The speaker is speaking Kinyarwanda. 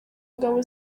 ingabo